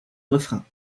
refrains